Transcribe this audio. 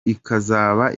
ikazaba